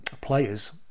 players